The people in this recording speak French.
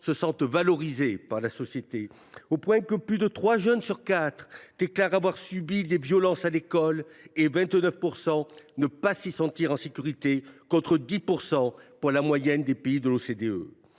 se sentent valorisés par la société, au point que plus de trois jeunes sur quatre déclarent avoir subi des violences à l’école et 29 % ne pas s’y sentir en sécurité, contre 10 % en moyenne dans les pays de l’OCDE